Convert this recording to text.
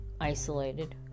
isolated